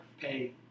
pay